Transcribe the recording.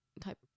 type